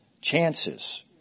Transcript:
chances